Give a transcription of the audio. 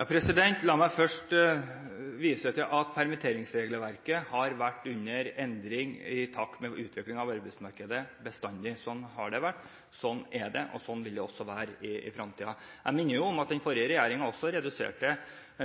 La meg først vise til at permitteringsregelverket har vært under endring i takt med utviklingen av arbeidsmarkedet bestandig. Sånn har det vært, sånn er det og sånn vil det også være i fremtiden. Jeg minner om at den forrige regjeringen også reduserte